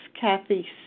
Kathy